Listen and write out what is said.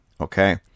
Okay